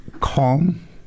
calm